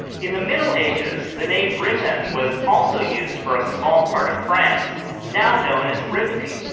in the middle ages, the name britain was also used for a small part of france now known as brittany.